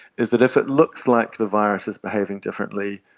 is that if it looks like the virus is behaving differently,